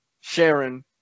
Sharon